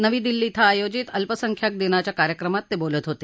नवी दिल्ली इथं आयोजित अल्पसंख्यांक दिनाच्या कार्यक्रमात ते बोलत होते